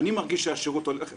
אני מרגיש שהשירות הולך ופוחת,